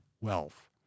wealth